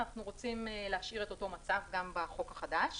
ואנחנו רוצים להשאיר את אותו מצב גם בחוק החדש.